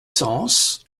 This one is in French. cense